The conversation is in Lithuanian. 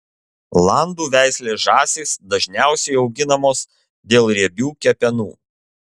landų veislės žąsys dažniausiai auginamos dėl riebių kepenų